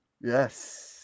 Yes